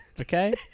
okay